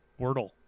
wordle